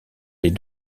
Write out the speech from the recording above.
les